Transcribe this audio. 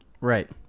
Right